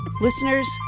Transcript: Listeners